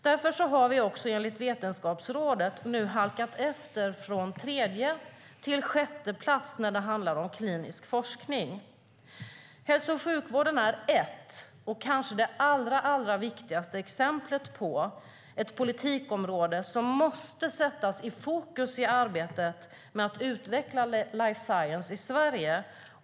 Därför har vi nu, enligt Vetenskapsrådet, halkat ned från tredje till sjätte plats när det gäller klinisk forskning. Hälso och sjukvården är ett exempel - och kanske det allra viktigaste exemplet - på ett politikområde som måste sättas i fokus i arbetet med att utveckla life science i Sverige.